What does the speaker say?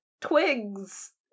twigs